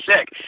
sick